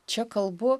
čia kalbu